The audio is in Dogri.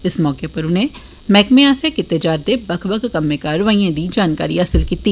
इस मौके पर उनें मैहकमे आसेआ कीते जाधदे बक्ख बक्ख कम्मे कार्रवाईएं दी जानकारी हासल कीती